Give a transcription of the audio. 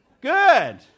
Good